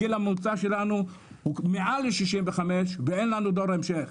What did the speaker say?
הגיל הממוצע שלנו הוא מעל ל-65 ואין לנו דור המשך.